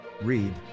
Read